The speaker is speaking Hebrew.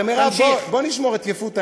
מרב, בואו נשמור את יפוּת הנפש.